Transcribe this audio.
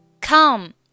Come